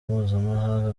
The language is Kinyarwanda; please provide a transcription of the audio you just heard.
mpuzamahanga